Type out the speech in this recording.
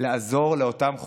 לעזור לאותם חולים.